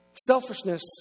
Selfishness